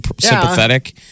sympathetic